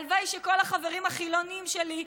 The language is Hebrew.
הלוואי שכל החברים החילונים שלי,